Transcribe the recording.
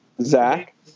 Zach